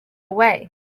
away